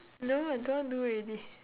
no I don't want do already